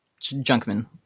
Junkman